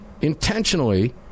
intentionally